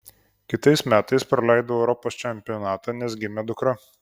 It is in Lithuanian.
kitais metais praleidau europos čempionatą nes gimė dukra